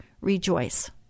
rejoice